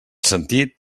sentit